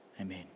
Amen